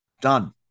done